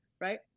Right